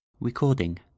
Recording